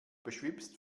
beschwipst